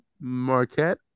Marquette